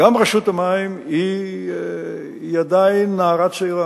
גם רשות המים היא עדיין נערה צעירה,